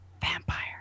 vampire